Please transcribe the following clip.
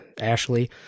Ashley